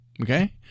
Okay